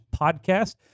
podcast